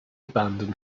abandon